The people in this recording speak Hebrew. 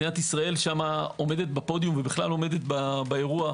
מדינת ישראל עומדת שם בפודיום, בכלל עומדת באירוע.